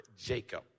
Jacob